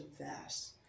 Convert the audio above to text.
vast